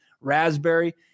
raspberry